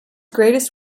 greatest